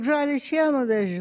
žalią šieną veži